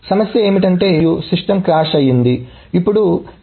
సమస్య ఏమిటంటే ట్రాన్సాక్షన్ వ్రాయబడింది కమిట్ T మరియు సిస్టమ్ క్రాష్ ఉంది